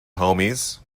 homies